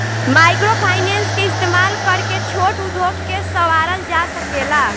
microfinance के इस्तमाल करके छोट उद्योग के सवारल जा सकेला